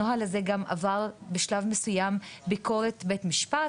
הנוהל הזה עבר בשלב מסוים ביקורת בית משפט,